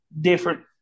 different